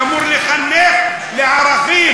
שאמור לחנך לערכים,